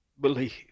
believe